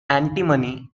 antimony